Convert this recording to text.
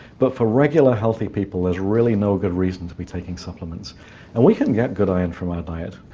but for regular healthy people there's really no good reason to be taking supplements and we can get good iron from our diet.